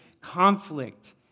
conflict